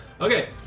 Okay